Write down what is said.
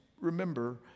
remember